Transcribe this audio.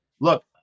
look